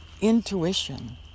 intuition